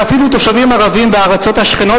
ואפילו תושבים ערבים בארצות השכנות